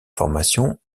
formation